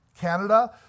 Canada